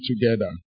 together